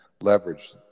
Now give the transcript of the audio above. leverage